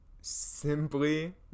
simply